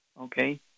okay